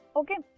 okay